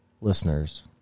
listeners